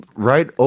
right